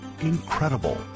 Incredible